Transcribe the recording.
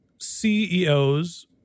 CEOs